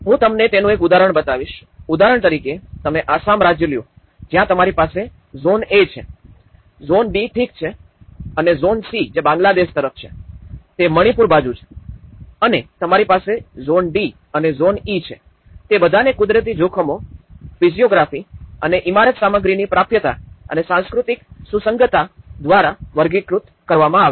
હું તમને તેનું એક ઉદાહરણ બતાવીશ ઉદાહરણ તરીકે તમે આસામ રાજ્ય લો જ્યાં તમારી પાસે ઝોન એ છે અને ઝોન બી ઠીક છે અને ઝોન સી જે બાંગ્લાદેશ તરફ છે અને તે મણિપુર બાજુ છે અને તમારી પાસે ઝોન ડી અને ઝોન ઇ છે તે બધાને કુદરતી જોખમો ફિઝિયોગ્રાફી અને ઇમારત સામગ્રીની પ્રાપ્યતા અને સાંસ્કૃતિક સુસંગતતા દ્વારા વર્ગીકૃત કરવામાં આવે છે